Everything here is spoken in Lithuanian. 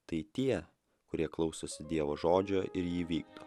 tai tie kurie klausosi dievo žodžio ir jį vykdo